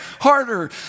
harder